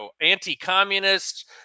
anti-communist